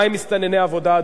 מה הם מסתנני עבודה,